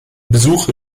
besuche